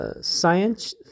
Science